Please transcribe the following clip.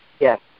Yes